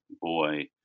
boy